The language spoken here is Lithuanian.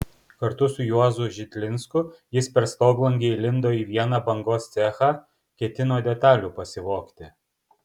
kartu su juozu žitlinsku jis per stoglangį įlindo į vieną bangos cechą ketino detalių pasivogti